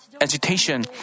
agitation